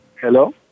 Hello